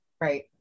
Right